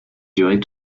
durer